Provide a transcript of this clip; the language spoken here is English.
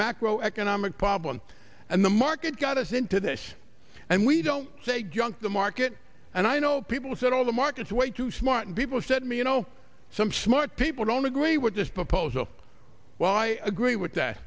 macro economic problem and the market got us into this and we don't say junk the market and i know people said all the markets way too smart people said me you know some smart people don't agree with this proposal well i agree with that